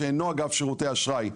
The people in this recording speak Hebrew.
שאינו אגב שירותי אשראי,